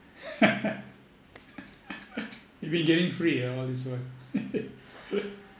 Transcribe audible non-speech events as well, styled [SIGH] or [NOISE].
[LAUGHS] you've been getting free ah all this while [LAUGHS]